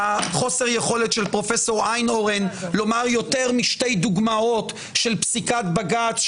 חוסר היכולת של פרופ' איינהורן לתת יותר משתי דוגמאות של פסיקת בג"ץ,